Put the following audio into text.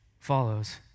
follows